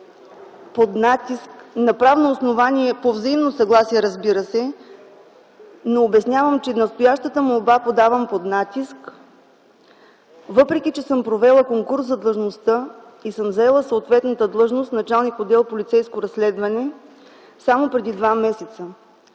под натиск – на правно основание по взаимно съгласие, разбира се, но обяснявам, че настоящата молба подавам под натиск, въпреки че съм провела конкурс за длъжността и съм заела съответната длъжност „началник отдел „Полицейско разследване” само преди два месеца.